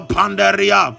Pandaria